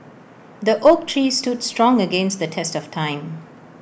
the oak tree stood strong against the test of time